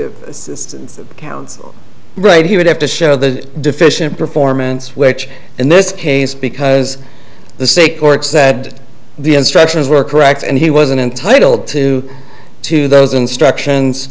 e assistance of counsel right he would have to show the deficient performance which in this case because the say courts said the instructions were correct and he wasn't entitled to to those instructions